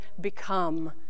become